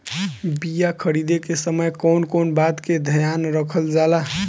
बीया खरीदे के समय कौन कौन बात के ध्यान रखल जाला?